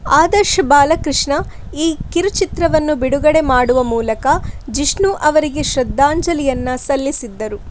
ಆದರ್ಶ್ ಬಾಲಕೃಷ್ಣ ಈ ಕಿರುಚಿತ್ರವನ್ನು ಬಿಡುಗಡೆ ಮಾಡುವ ಮೂಲಕ ಜಿಷ್ಣು ಅವರಿಗೆ ಶ್ರದ್ಧಾಂಜಲಿಯನ್ನು ಸಲ್ಲಿಸಿದ್ದರು